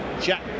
Jack